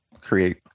create